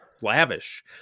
lavish